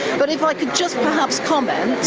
but if i could just perhaps comment,